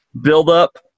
buildup